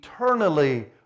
eternally